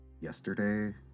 Yesterday